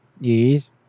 Yes